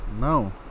No